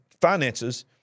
finances